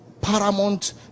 paramount